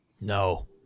No